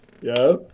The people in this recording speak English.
Yes